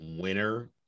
winner